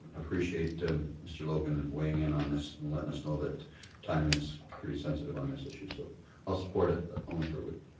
appreciate mr. logan weighing in on this and letting us know that time is pretty sensitive on this issue. so i'll support it but only for a week.